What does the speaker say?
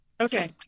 Okay